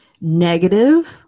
negative